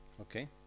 Okay